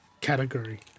category